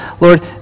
Lord